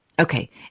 Okay